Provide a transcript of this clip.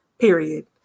Period